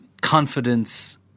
confidence